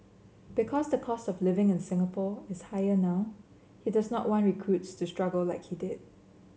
because the cost of living in Singapore is higher now he does not want recruits to struggle like he did